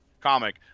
comic